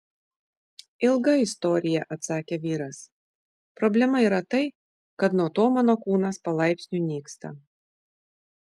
ilga istorija atsakė vyras problema yra tai kad nuo to mano kūnas palaipsniui nyksta